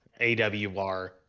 AWR